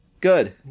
good